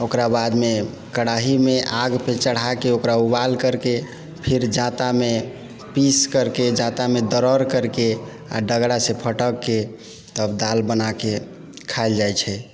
ओकरा बादमे कढ़ाइमे आग पे चढ़ाके ओकरा उबाल करके फेर जातामे पीस करके जातामे दररि करके आ डगरा से फँटकके तब दालि बनाके खायल जाइत छै